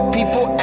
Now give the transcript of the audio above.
People